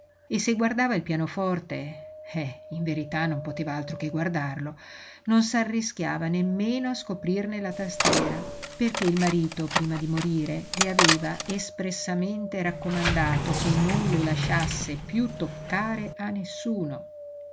e se guardava il pianoforte eh in verità non poteva altro che guardarlo non s'arrischiava nemmeno a scoprirne la tastiera perché il marito prima di morire le aveva espressamente raccomandato che non lo lasciasse piú toccare a nessuno